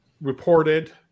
reported